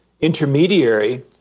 intermediary